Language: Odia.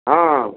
ହଁ